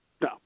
No